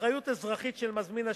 אחריות אזרחית של מזמין שירות,